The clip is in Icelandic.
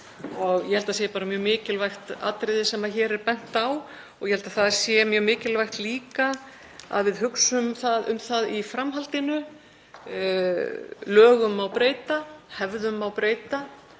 Ég held að það sé mjög mikilvægt atriði sem hér er bent á og ég held að það sé mjög mikilvægt líka að við hugsum um það í framhaldinu. Lögum má breyta, hefðum má breyta.